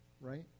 right